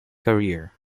career